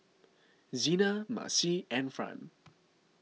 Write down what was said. Zena Marcie and Fran